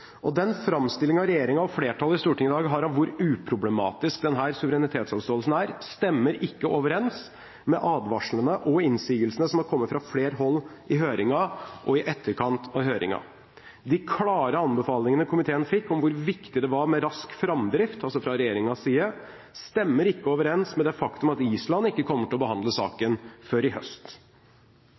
til. Den framstillingen regjeringen og flertallet i Stortinget i dag har av hvor uproblematisk denne suverenitetsavståelsen er, stemmer ikke overens med advarslene og innsigelsene som er kommet fra flere hold i høringen, og i etterkant av høringen. De klare anbefalingene komiteen fikk om hvor viktig det var med rask framdrift, altså fra regjeringens side, stemmer ikke overens med det faktum at Island ikke kommer til å behandle saken før i høst.